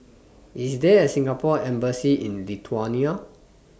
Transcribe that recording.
IS There A Singapore Embassy in Lithuania